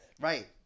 Right